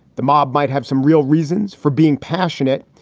the mob might have some real reasons for being passionate,